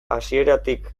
hasieratik